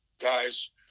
guys